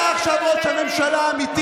כמו שאתה, אתה עכשיו ראש הממשלה האמיתי.